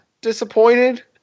disappointed